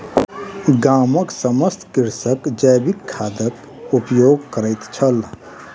गामक समस्त कृषक जैविक खादक उपयोग करैत छल